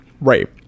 right